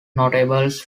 notables